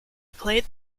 played